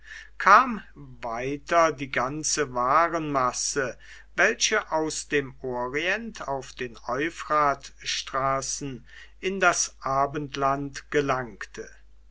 kam weiter die ganze warenmasse welche aus dem orient auf den euphratstraßen in das abendland gelangte